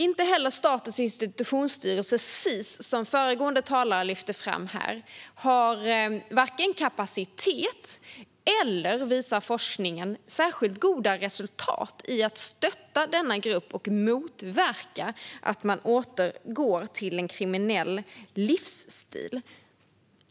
Inte heller Statens institutionsstyrelse - Sis, som föregående talare lyfte fram - har vare sig kapacitet för eller, visar forskningen, särskilt goda resultat när det gäller att stötta denna grupp och motverka att människor återgår till en kriminell livsstil.